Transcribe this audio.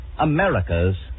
America's